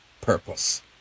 purpose